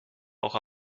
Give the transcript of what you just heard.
auch